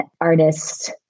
artists